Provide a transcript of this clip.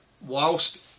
whilst